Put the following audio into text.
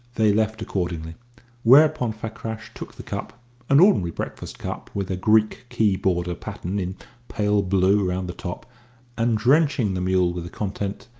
they left accordingly whereupon fakrash took the cup an ordinary breakfast cup with a greek key-border pattern in pale blue round the top and, drenching the mule with the contents,